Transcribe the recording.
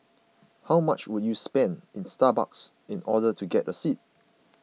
how much would you have to spend in Starbucks in order to get a seat